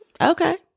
okay